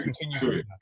continue